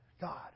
God